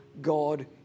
God